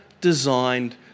designed